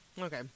okay